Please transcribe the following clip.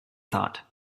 thought